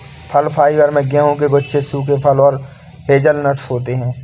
फल फाइबर में गेहूं के गुच्छे सूखे फल और हेज़लनट्स होते हैं